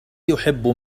يحب